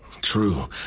True